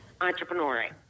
entrepreneuring